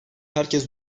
herkes